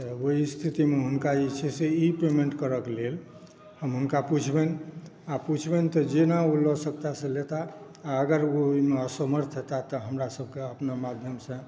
वएह स्थितिमे हुनका जे छै ई पेमेंट करयके लेल हम हुनका पुछबनि आ पुछबनि तऽ जेना ओ लऽ सकता से लेता आ अगर ओ ओहिमे असमर्थ हेता तऽ हमरासभके अपना माध्यमसॅं